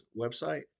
website